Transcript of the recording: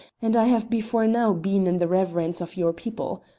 and i have before now been in the reverence of your people.